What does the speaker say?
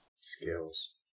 skills